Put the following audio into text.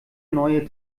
neue